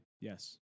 yes